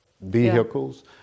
vehicles